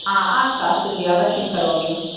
हा अस्तु अस्तु जि अवश्यं करोमि